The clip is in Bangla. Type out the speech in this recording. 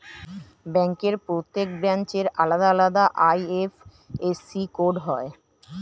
ব্যাংকের প্রত্যেক ব্রাঞ্চের আলাদা আলাদা আই.এফ.এস.সি কোড হয়